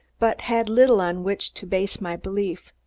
but had little on which to base my belief.